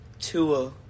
Tua